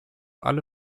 alle